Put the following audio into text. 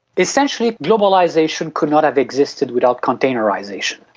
essentially globalisation could not have existed without containerisation.